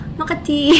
Makati